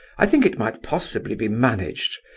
i think it might possibly be managed,